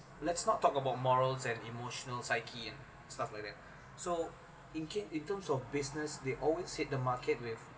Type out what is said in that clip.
let's not talk about morals and emotional psyche and stuff like that so in k~ in terms of business they always hit the market with